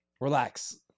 Relax